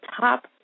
top